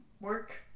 Work